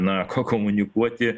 na ko komunikuoti